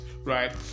right